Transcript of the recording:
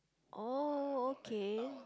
oh okay